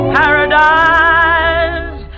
paradise